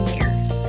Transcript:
Years